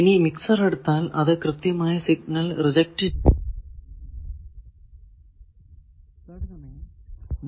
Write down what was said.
ഇനി മിക്സർ എടുത്താൽ അത് കൃത്യമായി സിഗ്നൽ റിജെക്ട് ചെയ്യുന്നുണ്ടോ